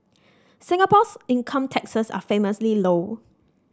Singapore's income taxes are famously low